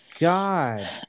god